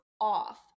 off